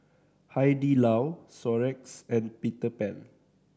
Hai Di Lao Xorex and Peter Pan